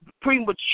premature